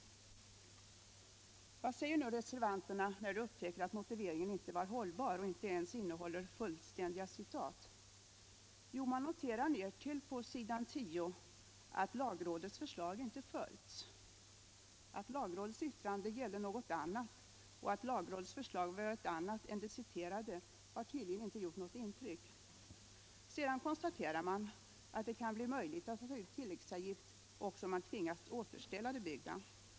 Vad säger nu reservanterna när de upptäcker att motiveringen inte var hållbar och inte ens innehåller fullständiga citat? Jo, man noterar —- nedtill på s. 10 i betänkandet — att lagrådets förslag inte följts. Att lagrådets yttrande gällde något annat och att lagrådets förslag var ett annat än det citerade har tydligen inte gjort något intryck. Sedan konstaterar reservanterna att det kan bli möjligt att ta ut tilläggsavgift också om man tvingas återställa det byggda.